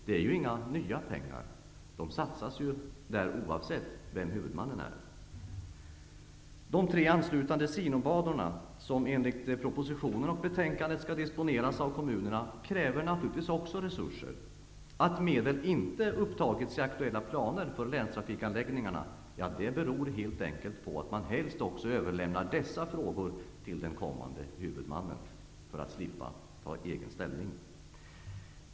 Det är ju inga nya pengar. De satsas där oavsett vem huvudmannen är. De tre anslutande sidobanorna som enligt propositionen och betänkandet skall disponeras av kommunerna kräver också resurser. Att medel inte har upptagits i aktuella planer för länstrafikanläggningarna beror helt enkelt på att man helst också överlämnar dessa frågor till den kommande huvudmannen, för att slippa ta ställning.